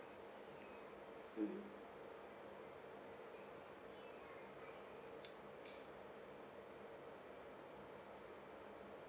mmhmm